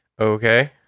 Okay